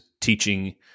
teaching